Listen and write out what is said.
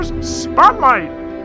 SPOTLIGHT